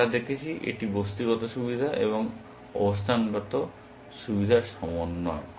আমরা দেখেছি এটি বস্তুগত সুবিধা এবং অবস্থানগত সুবিধার সমন্বয়